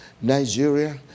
Nigeria